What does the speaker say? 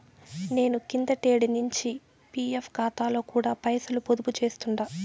నేను కిందటేడు నించి పీఎఫ్ కాతాలో కూడా పైసలు పొదుపు చేస్తుండా